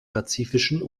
pazifischen